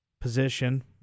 position